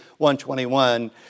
1.21